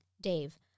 Dave